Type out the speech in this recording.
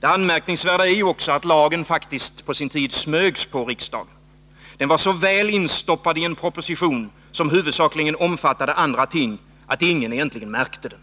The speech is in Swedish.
Det anmärkningsvärda är ju också att lagen faktiskt på sin tid smögs på riksdagen. Den var så väl instoppad i en proposition, som huvudsakligen omfattade andra ting, att ingen märkte den.